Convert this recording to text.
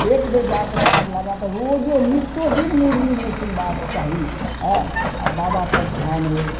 एक बेर जाके पार लागे तऽ रोजो नित्यो दिन ओहिमे मुरली सुनबाके चाही आ बाबा पर ध्यान होय